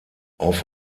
auf